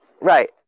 Right